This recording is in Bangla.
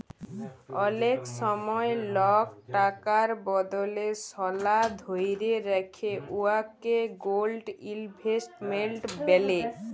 অলেক সময় লক টাকার বদলে সলা ধ্যইরে রাখে উয়াকে গোল্ড ইলভেস্টমেল্ট ব্যলে